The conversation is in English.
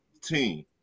team